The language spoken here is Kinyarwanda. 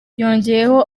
yongeyeho